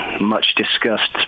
much-discussed